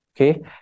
Okay